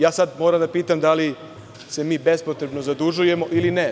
Sada moram da pitam – da li se mi bespotrebno zadužujemo ili ne?